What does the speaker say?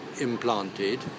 implanted